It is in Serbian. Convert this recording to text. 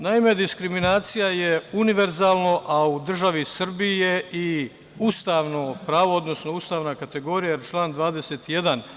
Naime, diskriminacija je univerzalno, a u državi Srbiji je i ustavno pravo, odnosno ustavna kategorija, jer član 21.